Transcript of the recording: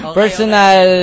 personal